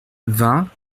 vingt